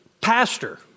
pastor